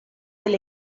del